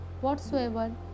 whatsoever